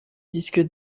disque